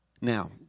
Now